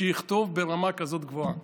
שיכתוב ברמה כזאת גבוהה?